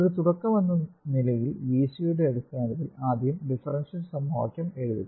ഒരു തുടക്കമെന്ന നിലയിൽ VC യുടെ അടിസ്ഥാനത്തിൽ ആദ്യം ഡിഫറൻഷ്യൽ സമവാക്യം എഴുതുക